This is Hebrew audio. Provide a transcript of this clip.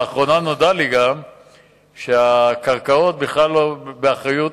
לאחרונה נודע לי גם שהקרקעות בכלל לא באחריות